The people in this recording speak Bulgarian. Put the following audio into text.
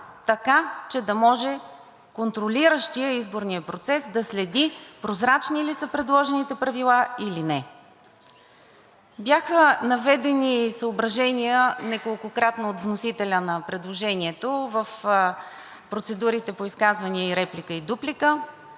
така че да може контролиращият изборния процес да следи прозрачни ли са предложените правила или не. Неколкократно бяха наведени съображения от вносителя на предложението в процедурите по изказвания, реплика и дуплика,